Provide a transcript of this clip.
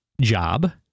job